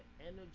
energy